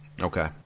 Okay